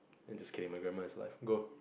it's just kidding my grandma is alive go